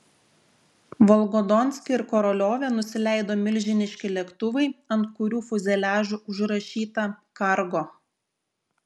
volgodonske ir koroliove nusileido milžiniški lėktuvai ant kurių fiuzeliažų užrašyta kargo